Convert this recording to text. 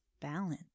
balance